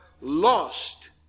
lost